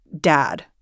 dad